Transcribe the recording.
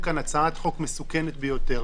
ועדת החוקה בראשותך,